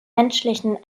menschlichen